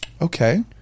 Okay